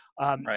right